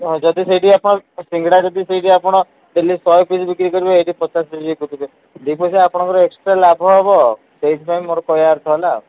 ଯଦି ସେଇଠି ଆପଣ ସିଙ୍ଗଡ଼ା ଯଦି ସେଇଠି ଆପଣ ଡେଲି ଶହେ ପିସ୍ ବିକ୍ରି କରିବେ ଏଠି ପଚାଶ ପିସ୍ ବିକ୍ରି କରିବେ ଦୁଇ ପଇସା ଆପଣଙ୍କର ଏକ୍ସଟ୍ରା ଲାଭ ହେବ ସେଇଥିପାଇଁ ମୋର କହିବା ଅର୍ଥ ହେଲା